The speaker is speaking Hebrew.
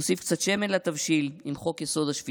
נוסיף קצת שמן לתבשיל עם חוק-יסוד: השפיטה,